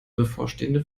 bevorstehende